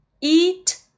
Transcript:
eat